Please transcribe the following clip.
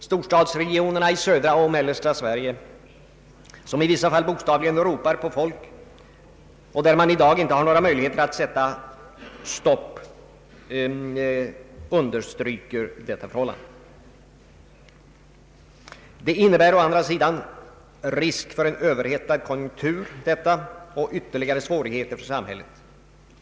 Storstadsregionerna i södra och mellersta Sverige bokstavligen ropar på folk, och där har man i dag inte några möjligheter att sätta stopp. Det innebär å andra sidan risk för en överhettad konjunktur och ytterligare svårigheter för samhället.